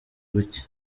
gucya